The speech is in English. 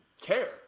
care